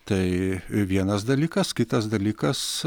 tai vienas dalykas kitas dalykas